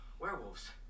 werewolves